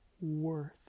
worth